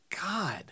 God